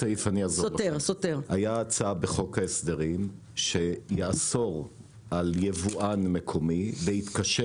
הייתה הצעה בחוק ההסדרים שתאסור על יבואן מקומי להתקשר